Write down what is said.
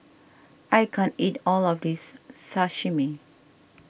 I can't eat all of this Salami